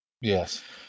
Yes